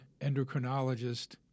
endocrinologist